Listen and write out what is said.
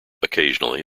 occasionally